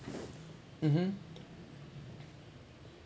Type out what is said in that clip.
(uh huh)